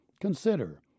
Consider